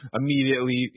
immediately